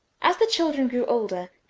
as the children grew older,